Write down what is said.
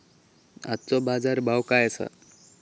आजचो बाजार भाव काय आसा?